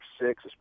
six